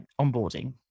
onboarding